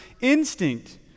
instinct